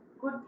good